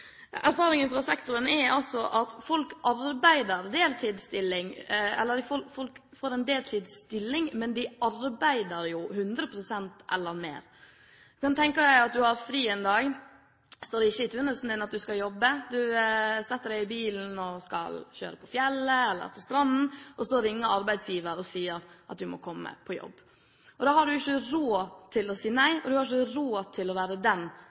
Erfaringen fra sektoren er at folk får en deltidsstilling, men de arbeider jo 100 pst. eller mer. Du kan tenke deg at du har fri en dag, det står ikke i turnusen din at du skal jobbe, du setter deg i bilen og skal kjøre til fjellet eller til stranden, og så ringer arbeidsgiver og sier at du må komme på jobb. Da har du ikke råd til å si nei, for du har ikke råd til å være den